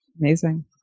Amazing